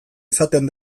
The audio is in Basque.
izaten